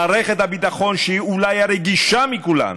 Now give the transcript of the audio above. מערכת הביטחון, שהיא אולי הרגישה מכולן,